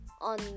on